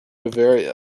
bavaria